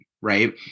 Right